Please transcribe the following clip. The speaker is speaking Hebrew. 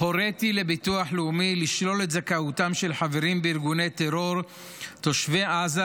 הוריתי לביטוח לאומי לשלול את זכאותם של חברים בארגוני טרור תושבי עזה